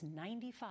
95